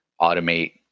automate